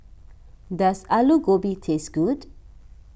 does Alu Gobi taste good